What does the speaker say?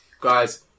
guys